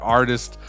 artist